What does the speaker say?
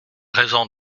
raison